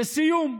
לסיום,